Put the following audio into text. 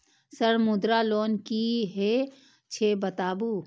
Sir Mudra loan की हे छे बताबू?